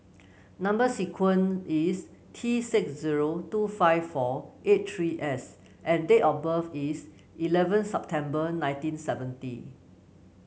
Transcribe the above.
number sequence is T six zero two five four eight three S and date of birth is eleven September nineteen seventy